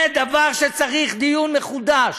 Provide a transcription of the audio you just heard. זה דבר שמצריך דיון מחודש.